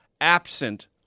absent